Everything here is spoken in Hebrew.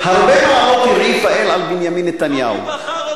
מי בחר אותו?